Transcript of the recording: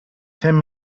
ten